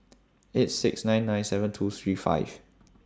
eight six nine nine seven two three five